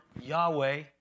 Yahweh